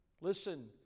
Listen